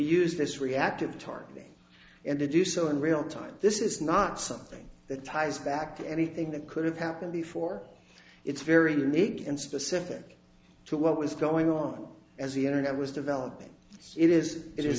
use this reactive targeting and to do so in real time this is not something that ties back to anything that could have happened before it's very neat and specific to what was going on as the internet was developing it is it is